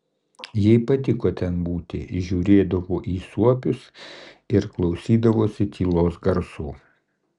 jai patiko ten būti žiūrėdavo į suopius ir klausydavosi tylos garsų